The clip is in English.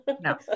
No